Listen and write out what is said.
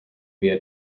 via